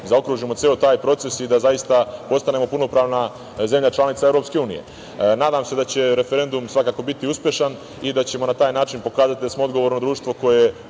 zaokružimo ceo taj proces i da zaista postanemo punopravna zemlja članica Evropske unije. Nadam se da će referendum svakako biti uspešan i da ćemo na taj način pokazati da smo odgovorno društvo koje,